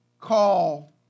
call